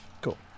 Cool